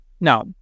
now